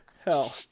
hell